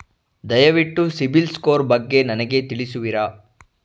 ದಯವಿಟ್ಟು ಸಿಬಿಲ್ ಸ್ಕೋರ್ ಬಗ್ಗೆ ನನಗೆ ತಿಳಿಸುವಿರಾ?